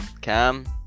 cam